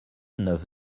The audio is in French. neuf